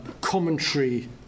commentary